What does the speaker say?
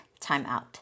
timeout